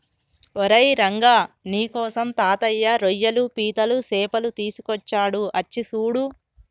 ఓరై రంగ నీకోసం తాతయ్య రోయ్యలు పీతలు సేపలు తీసుకొచ్చాడు అచ్చి సూడు